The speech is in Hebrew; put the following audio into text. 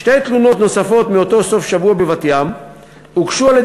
שתי תלונות נוספות מאותו סוף-שבוע בבת-ים הוגשו על-ידי